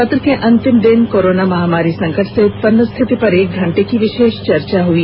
सत्र के अंतिम कोरोना महामारी संकट से उत्पन्न स्थिति पर एक घंटे की विषेष चर्चा हई